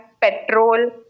petrol